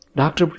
doctor